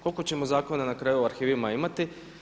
Koliko ćemo zakona na kraju u arhivima imati?